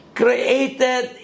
created